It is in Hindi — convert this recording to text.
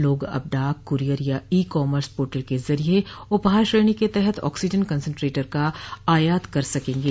लोग अब डाक कूरियर या ई कॉमर्स पोर्टल के जरिये उपहार श्रेणी के तहत ऑक्सीजन कंसेनट्रेटर का आयात कर सकेंगे